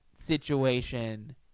situation